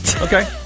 Okay